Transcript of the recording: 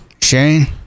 shane